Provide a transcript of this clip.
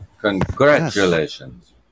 Congratulations